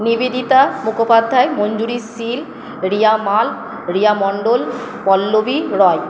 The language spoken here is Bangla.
নিবেদিতা মুখোপাধ্যায় মঞ্জুরী শীল রিয়া মাল রিয়া মন্ডল পল্লবী রয়